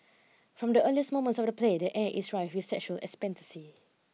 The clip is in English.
from the earliest moments of the play the air is rife with sexual expectancy